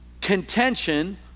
contention